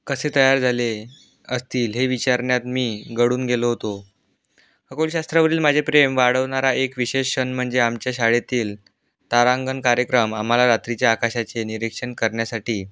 कसे तयार झाले असतील हे विचारण्यात मी गढून गेलो होतो खगोलशास्त्रावरील माझे प्रेम वाढवणारा एक विशेष क्षण म्हणजे आमच्या शाळेतील तारांगण कार्यक्रम आम्हाला रात्रीचे आकाशाचे निरीक्षण करण्यासाठी